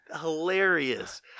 Hilarious